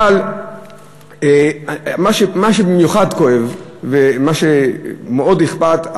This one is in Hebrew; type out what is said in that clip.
אבל מה שבמיוחד כואב ומה שמאוד אכפת: